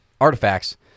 artifacts